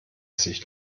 sich